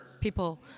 people